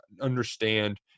understand